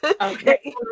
Okay